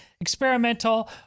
experimental